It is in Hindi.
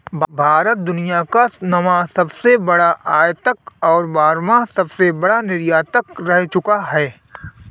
भारत दुनिया का नौवां सबसे बड़ा आयातक और बारहवां सबसे बड़ा निर्यातक रह चूका है